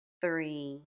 three